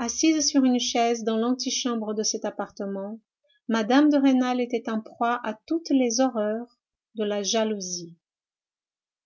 assise sur une chaise dans l'antichambre de cet appartement mme de rênal était en proie à toutes les horreurs de la jalousie